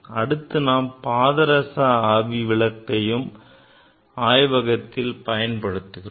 அடுத்து நாம் பாதரச ஆவி விளக்கையும் ஆய்வகத்தில் பயன்படுத்துகிறோம்